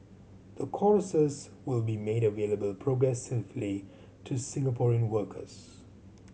the courses will be made available progressively to Singaporean workers